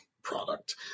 product